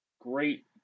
great